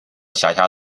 辖下